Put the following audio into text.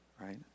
Right